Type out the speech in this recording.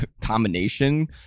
combination